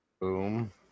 Boom